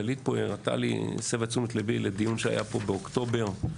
דלית הסבה את תשומת ליבי לדיון שהיה פה בדצמבר